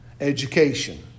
education